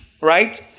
right